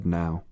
now